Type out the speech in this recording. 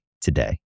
today